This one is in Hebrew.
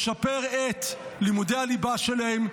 לשפר את לימודי הליבה שלהם,